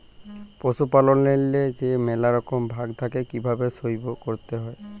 পশুপাললেল্লে যে ম্যালা রকম ভাগ থ্যাকে কিভাবে সহব ক্যরতে হয়